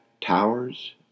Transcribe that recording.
towers